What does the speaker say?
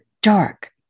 dark